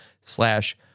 slash